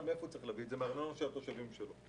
מהארנונה של התושבים שלו.